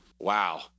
wow